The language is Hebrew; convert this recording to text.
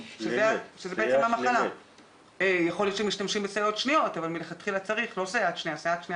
בסופו של דבר כשאין צהרון או שחס וחלילה יש צהרון